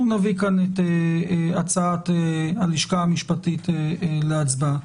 אנחנו נביא את הצעת הלשכה המשפטית להצבעה.